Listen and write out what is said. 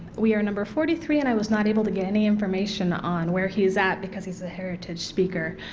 we are number forty three, and i was not able to get any information on where he is at because he is a heritage speaker.